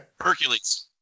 Hercules